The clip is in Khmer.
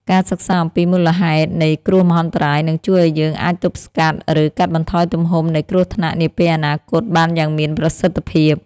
ការសិក្សាអំពីមូលហេតុនៃគ្រោះមហន្តរាយនឹងជួយឱ្យយើងអាចទប់ស្កាត់ ឬកាត់បន្ថយទំហំនៃគ្រោះថ្នាក់នាពេលអនាគតបានយ៉ាងមានប្រសិទ្ធភាព។